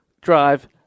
drive